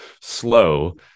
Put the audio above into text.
slow